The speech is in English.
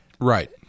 Right